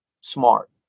SMART